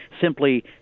simply